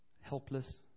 helpless